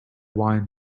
wine